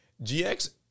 GX